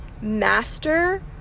master